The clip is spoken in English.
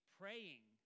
praying